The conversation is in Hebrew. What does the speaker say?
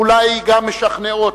ואולי גם משכנעות,